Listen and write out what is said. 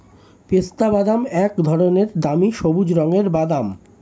পেস্তাবাদাম এক ধরনের দামি সবুজ রঙের বাদাম